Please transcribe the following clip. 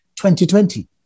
2020